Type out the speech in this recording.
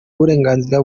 uburenganzira